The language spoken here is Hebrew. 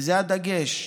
וזה הדגש,